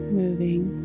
moving